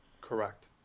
Correct